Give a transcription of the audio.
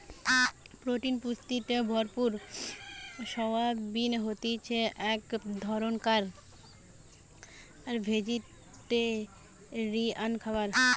protein পুষ্টিতে ভরপুর soybean হতিছে এক ধরণকার ভেজিটেরিয়ান খাবার